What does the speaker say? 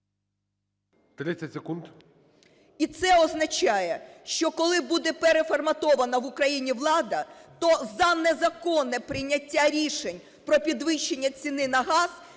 І це означає, що коли буде переформатована в Україні влада, то за незаконне прийняття рішень про підвищення ціни на газ